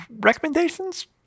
recommendations